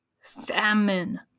famine